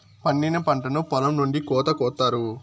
పండిన పంటను పొలం నుండి కోత కొత్తారు